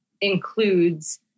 includes